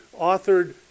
authored